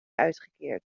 uitgekeerd